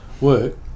work